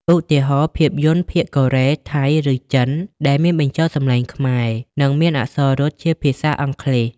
ឧទាហរណ៍ ភាពយន្តភាគកូរ៉េ ថៃ ឬចិន ដែលមានបញ្ចូលសំឡេងខ្មែរ និងមានអក្សររត់ជាភាសាអង់គ្លេស។